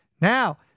Now